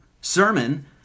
sermon